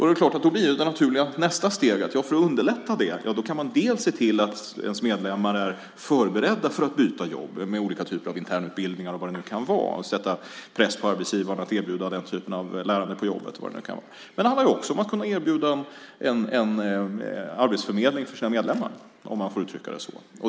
Det är klart att nästa naturliga steg blir att man för att underlätta kan se till att ens medlemmar är förberedda på att byta jobb med olika typer av internutbildningar, att sätta press på arbetsgivaren att erbjuda den typen av lärande på jobbet och vad det nu kan vara. Det handlar också om att kunna erbjuda en arbetsförmedling för sina medlemmar, om man får uttrycka det så.